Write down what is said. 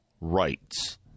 rights